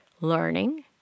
learning